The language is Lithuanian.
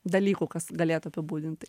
dalykų kas galėtų apibūdint tai